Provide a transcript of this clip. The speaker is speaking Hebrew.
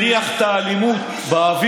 אתה מריח את האלימות באוויר.